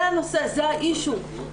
זה הנושא, זה האישיו.